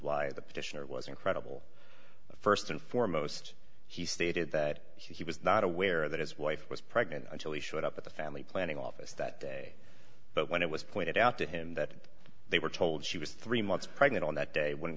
why the petitioner was incredible st and foremost he stated that he was not aware that his wife was pregnant until he showed up at the family planning office that day but when it was pointed out to him that they were told she was three months pregnant on that day w